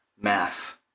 math